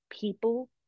people